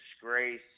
disgrace